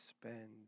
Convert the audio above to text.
spend